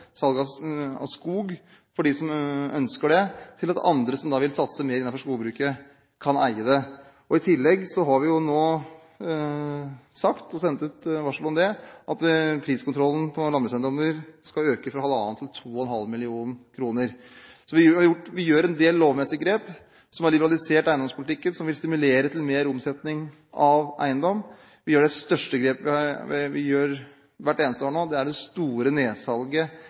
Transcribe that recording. salg av skog for dem som ønsker det, slik at andre som vil satse mer innenfor skogbruket, kan eie den. I tillegg har vi sagt – og sendt ut varsel om – at den nedre beløpsgrensen for prisvurdering av landbrukseiendommer skal øke fra 1,5 til 2,5 mill. kr. Så vi har gjort en del lovmessige grep som har liberalisert eiendomspolitikken, og som vil stimulere til mer omsetning av eiendom. Det største grepet vi gjør hvert eneste år nå, er det store nedsalget